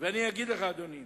ואני אגיד לך, אדוני.